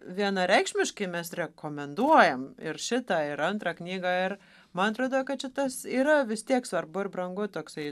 vienareikšmiškai mes rekomenduojam ir šitą ir antrą knygą ir man atrodo kad čia tas yra vis tiek svarbu ir brangu toksai